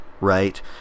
right